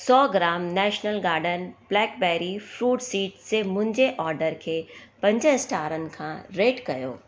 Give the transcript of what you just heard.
सौ gram national garden blackberry fruit seeds जे मुंहिंजे ऑर्डर खे पंज स्टारनि सां रेट कयो